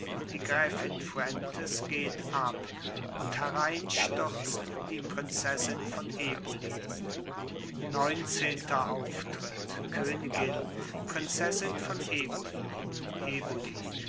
die gräfin fuentes geht ab und hereinstürzt die prinzessin von eboli neunzehnter auftritt königin prinzessin von eboli eboli